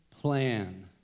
plan